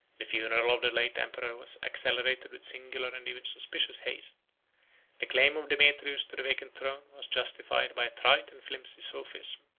the funeral of the late emperor was accelerated with singular and even suspicious haste the claim of demetrius to the vacant throne was justified by a trite and flimsy sophism,